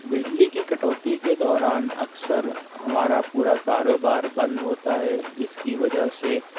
بجلی کی کٹوتی کے دوران اکثر ہمارا پورا کاروبار بند ہوتا ہے جس کی وجہ سے